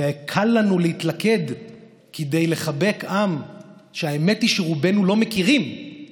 וקל לנו להתלכד כדי לחבק עם שהאמת היא שרובנו לא מכירים יותר